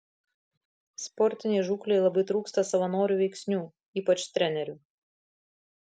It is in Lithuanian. sportinei žūklei labai trūksta savanorių veiksnių ypač trenerių